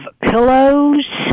pillows